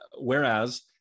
Whereas